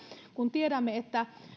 kun tiedämme että